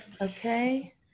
okay